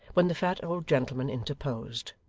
when the fat old gentleman interposed